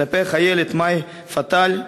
כלפי החיילת מאי פאטל,